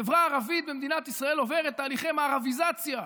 החברה הערבית במדינת ישראל עוברת תהליכי מערביזיציה,